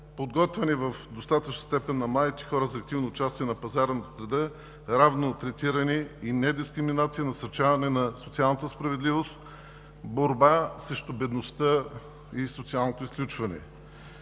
подготвяне в достатъчна степен на младите хора за активно участие на пазара на труда; равно третиране и не дискриминация; насърчаване на социалната справедливост; борба срещу бедността и социалното изключване.